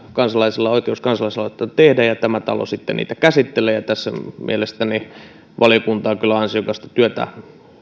kansalaisilla on oikeus kansalaisaloitteita tehdä ja tämä talo sitten niitä käsittelee ja tässä mielestäni valiokunta on kyllä ansiokasta työtä